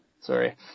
Sorry